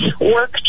work